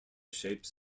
shapes